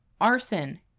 arson